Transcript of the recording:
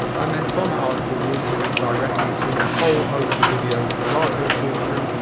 and then from that article we also link directly to a whole host of videos, serato's talkthrough,